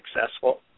successful